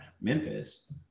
Memphis